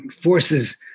forces